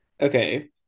Okay